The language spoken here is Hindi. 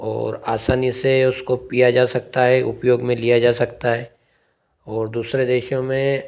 और आसानी से उसको पीया जा सकता है उपयोग में लिया जा सकता है ओर दूसरे देशों में